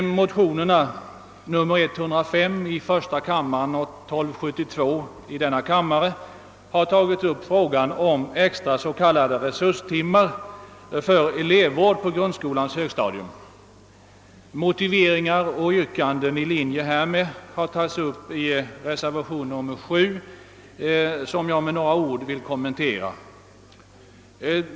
I motionerna 1005 i första kammaren och 1272 i denna kammare har upptagits frågan om extra så kallade resurstimmar för elevvård på grundskolans högstadium. Motiveringar och yrkanden i linje härmed har tagits upp i reservationen 7, som jag med några ord vill kommentera.